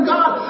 God